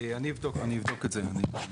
אני אבדוק את זה.